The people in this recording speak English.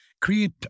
create